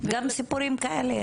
גם סיפורים כאלה יש.